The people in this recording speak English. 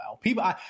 People